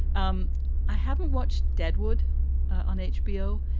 um i haven't watched deadwood on hbo,